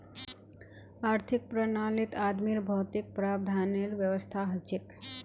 आर्थिक प्रणालीत आदमीर भौतिक प्रावधानेर व्यवस्था हछेक